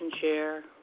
chair